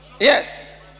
Yes